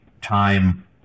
time